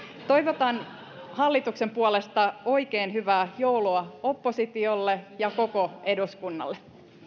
toivotan hallituksen puolesta oikein hyvää joulua oppositiolle ja koko eduskunnalle